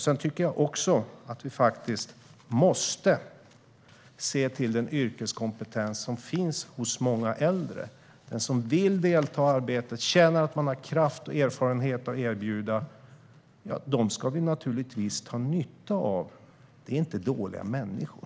Sedan tycker jag också att vi måste se till den yrkeskompetens som finns hos många äldre. De som vill delta i arbetet och känner att de har kraft och erfarenhet att erbjuda ska vi naturligtvis utnyttja. De är inte dåliga människor.